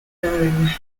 known